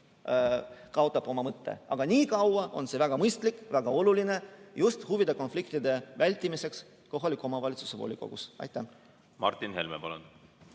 oma mõtte. Aga niikaua on see väga mõistlik ja väga oluline just huvide konfliktide vältimiseks kohaliku omavalitsuse volikogus. Aitäh! See on